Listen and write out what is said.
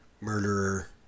murderer